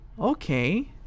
Okay